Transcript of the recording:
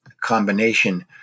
combination